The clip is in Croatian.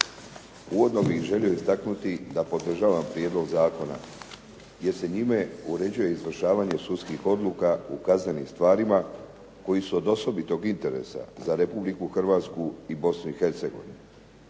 Uvodno bih želio istaknuti da podržavam prijedlog zakona, jer se njime uređuje izvršavanje sudskih odluka u kaznenim stvarima koji su od osobitog interesa za Republiku Hrvatsku i Bosnu i Hercegovinu.